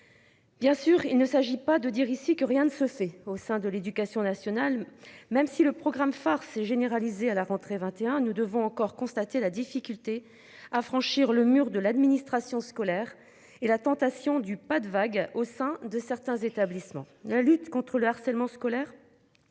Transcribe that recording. Bien sûr il ne s'agit pas de dire ici que rien ne se fait au sein de l'Éducation nationale. Même si le programme phare s'est généralisé à la rentrée 21, nous devons encore constater la difficulté à franchir le mur de l'administration scolaire et la tentation du pas de vagues au sein de certains établissements. La lutte contre le harcèlement scolaire.